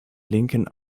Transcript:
linken